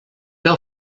veu